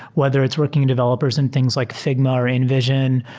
whether it's working in developers and things like figma or envision,